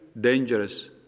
dangerous